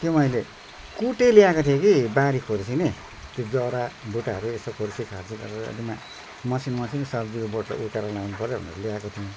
त्यो मैले कुटे ल्याएको थिएँ कि बारी खोर्सिने त्यो जरा बुट्टाहरू यसो खोर्सीखार्सी गरेर त्यसमा मसिनो मसिनो सब्जीको बोटहरू उखालेर ल्याउनु पर्यो भनेर ल्याएको थिएँ